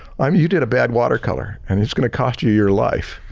um you did a bad watercolor and it's gonna cost you your life.